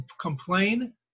complain